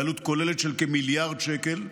בעלות כוללת של כמיליארד שקלים.